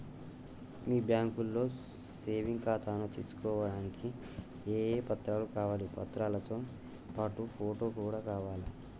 మీ బ్యాంకులో సేవింగ్ ఖాతాను తీసుకోవడానికి ఏ ఏ పత్రాలు కావాలి పత్రాలతో పాటు ఫోటో కూడా కావాలా?